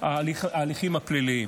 ההליכים הפליליים.